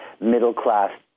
middle-class